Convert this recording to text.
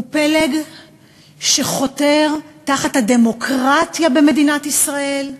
הוא פלג שחותר תחת הדמוקרטיה במדינת ישראל,